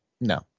no